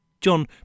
John